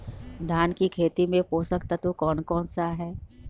धान की खेती में पोषक तत्व कौन कौन सा है?